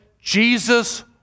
Jesus